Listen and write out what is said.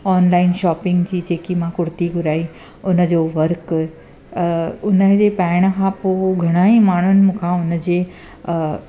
online shopping जी जेकी मां कुर्ती घुराई उनजो वर्क अ उनजी पाइण खां पोइ घणा ई माण्हुनि मूंखां उनजे अ